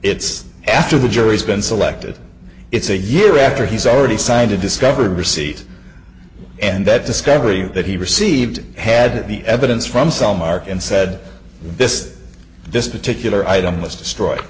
it's after the jury's been selected it's a year after he's already signed a discovered receipt and that discovery that he received had the evidence from cellmark and said this this particular item was